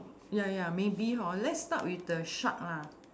ya ya maybe hor let's start with the shark lah